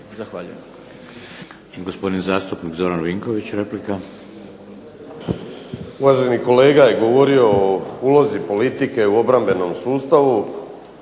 Zahvaljujem.